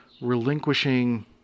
relinquishing